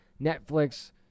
Netflix